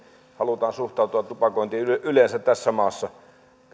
halutaan suhtautua tupakointiin yleensä tässä maassa